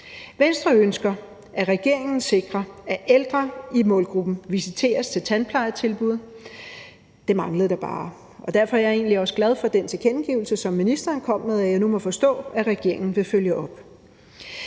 Venstre ønsker, at regeringen sikrer, at ældre i målgruppen visiteres til tandplejetilbud. Det manglede da bare, og derfor er jeg egentlig også glad for den tilkendegivelse, som ministeren kom med, og at jeg nu må forstå, at regeringen vil følge op.